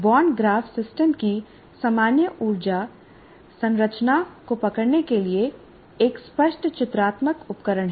bond graph system की सामान्य ऊर्जा संरचना को पकड़ने के लिए एक स्पष्ट चित्रात्मक उपकरण है